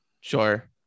Sure